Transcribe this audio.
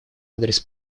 адрес